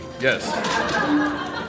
Yes